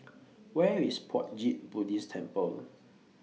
Where IS Puat Jit Buddhist Temple